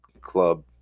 club